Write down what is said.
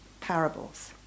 parables